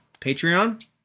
patreon